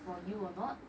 for you or not